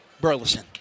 Burleson